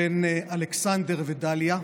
בן אלכסנדר ודליה,